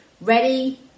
Ready